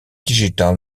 digital